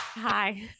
Hi